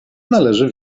należy